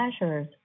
measures